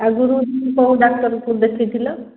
ଆଗରୁ କେଉଁ ଡାକ୍ତରଙ୍କୁ ଦେଖେଇଥିଲ